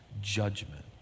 judgment